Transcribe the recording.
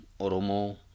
Oromo